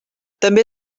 també